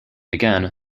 again